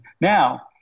Now